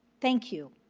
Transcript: thank you.